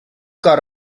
cop